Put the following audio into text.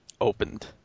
Opened